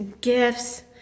gifts